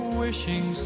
wishing